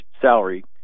salary